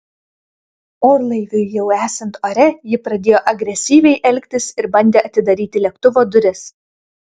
orlaiviui jau esant ore ji pradėjo agresyviai elgtis ir bandė atidaryti lėktuvo duris